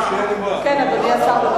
כן, אדוני השר.